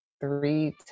three